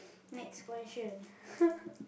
next question